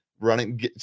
running